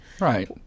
right